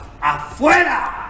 afuera